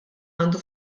għandu